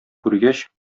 күргәч